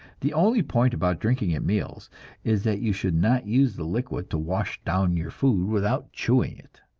the only point about drinking at meals is that you should not use the liquid to wash down your food without chewing it.